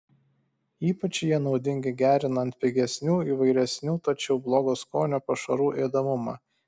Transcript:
ypač jie naudingi gerinant pigesnių įvairesnių tačiau blogo skonio pašarų ėdamumą